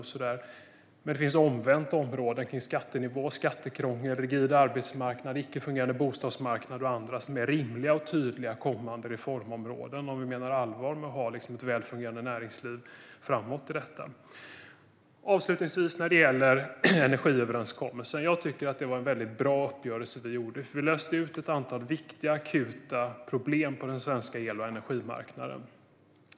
Men omvänt finns det områden - skattenivå, skattekrångel, rigid arbetsmarknad, icke fungerande bostadsmarknad - som är rimliga och tydliga kommande reformområden om vi menar allvar med att vilja ha ett väl fungerande näringsliv framåt. Avslutningsvis tycker jag när det gäller energiöverenskommelsen att det var en väldigt bra uppgörelse vi gjorde. Vi löste ett antal viktiga, akuta problem på den svenska el och energimarknaden.